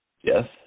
Yes